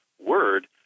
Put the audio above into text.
word